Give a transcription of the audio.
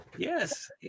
Yes